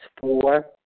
four